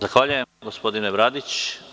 Zahvaljujem gospodine Bradiću.